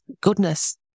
goodness